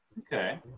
Okay